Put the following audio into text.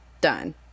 done